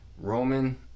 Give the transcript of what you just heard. Roman